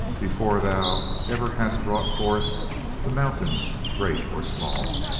before thou ever hadst brought forth the mountains, great or small.